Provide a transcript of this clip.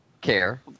Care